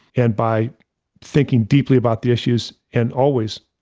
and by thinking deeply about the issues, and always,